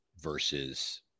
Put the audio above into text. versus